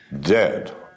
Dead